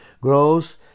grows